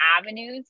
avenues